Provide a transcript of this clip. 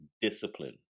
discipline